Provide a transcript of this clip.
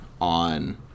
on